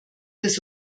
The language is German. des